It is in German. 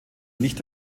nicht